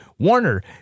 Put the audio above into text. Warner